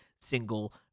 single